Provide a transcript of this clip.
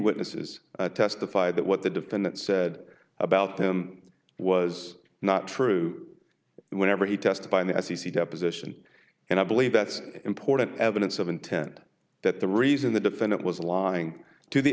witnesses testified that what the defendant said about him was not true whenever he tested by the f c c deposition and i believe that's important evidence of intent that the reason the defendant was lying to the